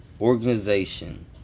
organization